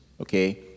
okay